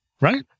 right